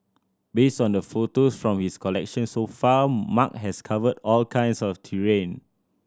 based on the photos from his collection so far Mark has covered all kinds of terrain